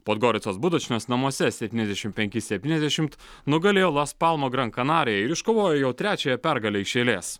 podgoricos budučnios namuose septyniasdešimt penki septyniasdešimt nugalėjo las palmo gran kanariją ir iškovojo jau trečiąją pergalę iš eilės